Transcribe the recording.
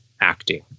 acting